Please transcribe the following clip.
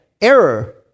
error